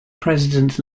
president